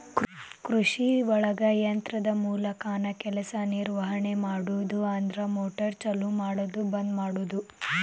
ಕೃಷಿಒಳಗ ಯಂತ್ರದ ಮೂಲಕಾನ ಕೆಲಸಾ ನಿರ್ವಹಣೆ ಮಾಡುದು ಅಂದ್ರ ಮೋಟಾರ್ ಚಲು ಮಾಡುದು ಬಂದ ಮಾಡುದು